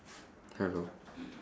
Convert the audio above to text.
hello